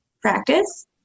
practice